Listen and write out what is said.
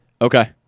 Okay